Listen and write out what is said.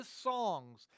songs